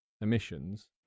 emissions